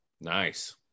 Nice